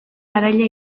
garaile